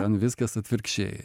ten viskas atvirkščiai